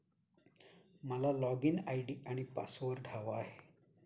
मला login ID आणि password हवा आहे